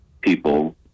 people